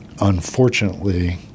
Unfortunately